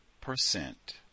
percent